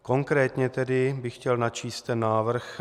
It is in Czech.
Konkrétně tedy bych chtěl načíst ten návrh.